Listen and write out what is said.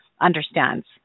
understands